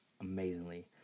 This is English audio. amazingly